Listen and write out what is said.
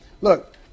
Look